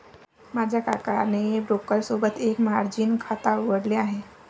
माझ्या काकाने ब्रोकर सोबत एक मर्जीन खाता उघडले आहे